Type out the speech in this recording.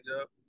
up